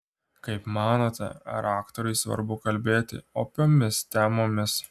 kaip manote ar aktoriui svarbu kalbėti opiomis temomis